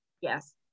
yes